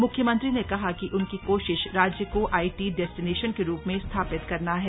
मुख्यमंत्री ने कहा कि उनकी कोशिश राज्य को आईटी डेस्टिनेशन के रूप में स्थापित करना है